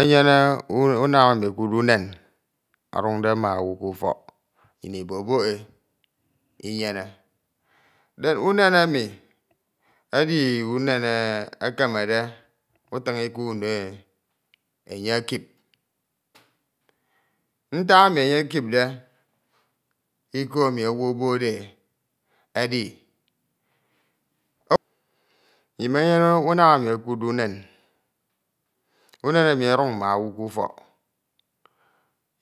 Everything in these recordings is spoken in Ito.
Tanyene unam emi ekwudde umen oduñde ma owu kúfọk niyin iboboe inyeme, den unem emà ech umen ekemede utin ìko unoe emjé ẹkijo, ntak emi enye ekipde ikọ emi owu omi ohodee edi, imenyene unam emi ekwudde unen, unen emi odun ma owu kúfọk,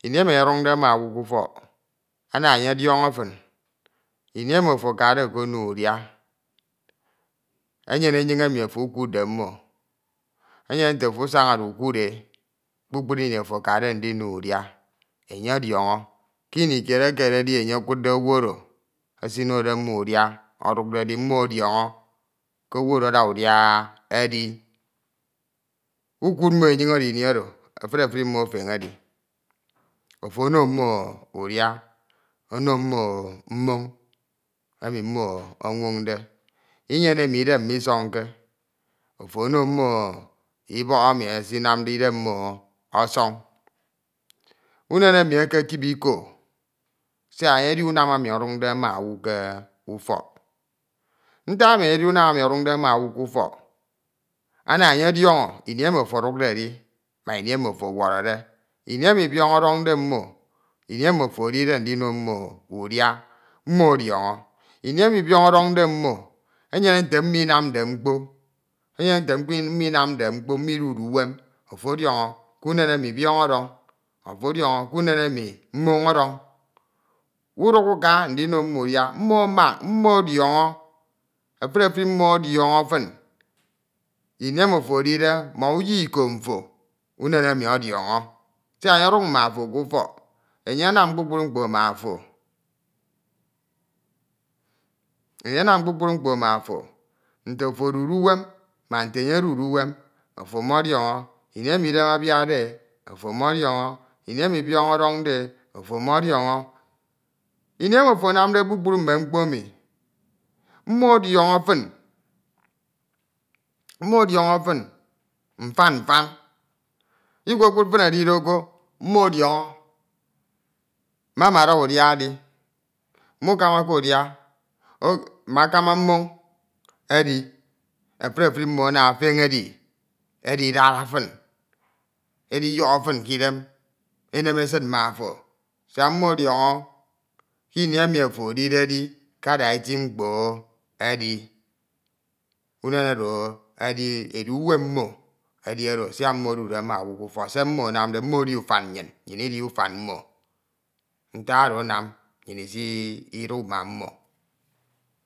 ini emi enye ọduñde ma owu kúfọk, ana enye odiọñọ fin, mi emi ofo akade okanoe udià enyene enyin emi ofo ukwudde mmo enyene nte ofo usañade ukụnde kpukpru ini ofo akade ndinoe ucha, enye odiọñọ kíni kìud ekedechi emije ekedde owu ovo esinode mmo udìa ọdukde edi, imo ọdiọñõ ke owu oro ada udìa edi ukuud mmo enyiñ oro ini oro, efuri efuri mmo efeñe edi, ofo ono mmo udia, ono mmo mmoñ emi mmo onwoñde inyene emi idem museñke, oto ono mmo ihọk emi anamde idem ọsọñ, unen emi ekekip iko Epk enye udi unam emi ọduñde ma owu nífek ana uñye ọdiọñọ im ofo odukdi ma ini emi ofo ọwọrẹdẹ. Ini emi biọñ ọdọnde mmo ini emi ofo edide udino mmo udià mmo ọdiọñọ, ini emi biọñ ọdọñde mmo enyene nta mmo inamde mkpo enyene nte mmo inamde mkpo mmo idude uwem ofi ọdiọñọ kímen emi biọño ọdọñ, ofo ọdiọñọ kímen emì mmon ọdọñ, uduk uka ndìno mmo udia, mmo amak mmo ọdiọñọ efuri efuri mmo ọdiọñọ fin ini emi ofo- edide ma nyi iko mfo, unen emi ọdiọñọ siak enye ọduñ ma ofo kufọk enye anam kpukpru mkpa ma ofo enye anam kpukpru mkpo ma. Ofo, nte ofo odude uwem ma nte enye odude uwem ofo ọmọdioñe ini emi idem abiakde e ofo ọmọdioñe ini enà biọñ ọdọñde e ofo omọdiọñọ, ini emi ofo anamide kpukpru mme mkpo emi, mmo ọdiọñọ fin mmo ọdiọñọ fìn mfan mfan ikekud fin edide ko, mma ọdiọñọ mme emeda udia edi, mukamake udia o makama mmoñ edi, efuri efuri mmo ana efeñe edi, edim dara fin ediyọkhọ fin. Kidem enem esid ma ofo, siak mmo ọdiọñọ kini emi ofo ediedi kada eti mkpo edi, umen oro edi, edu umem mmo edi oro siak mmo edude ma omu kúfok, se mmo emamde mmo edi ufan nwyin, nwyin idi ufan mmo ntak oro anam nwyin isidu ma mmo.